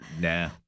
nah